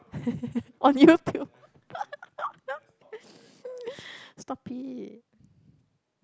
on YouTube stop it